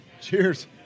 Cheers